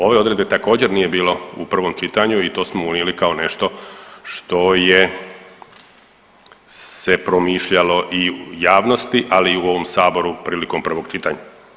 Ove odredbe također nije bilo u prvom čitanju i to smo unijeli kao nešto što se promišljalo i u javnosti, ali u ovom Saboru prilikom prvog čitanja.